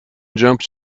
jumps